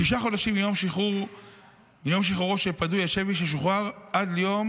שישה חודשים מיום שחרורו של פדוי השבי ששוחרר עד ליום